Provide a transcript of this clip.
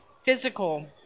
physical